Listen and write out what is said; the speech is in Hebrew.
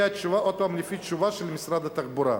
עוד פעם, לפי התשובה של משרד התחבורה.